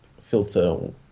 filter